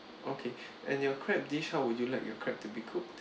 okay and your crab dish how would you like your crab to be cooked